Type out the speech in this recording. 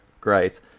great